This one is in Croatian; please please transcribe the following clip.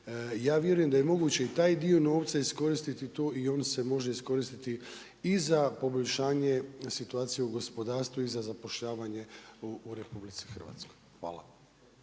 Ja vjerujem da je moguće i taj dio novca iskoristiti tu, i on se može iskoristiti i za poboljšanje situacije u gospodarstvu i za zapošljavanje u RH. Hvala.